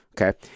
okay